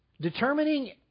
Determining